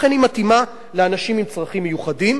לכן היא מתאימה לאנשים עם צרכים מיוחדים.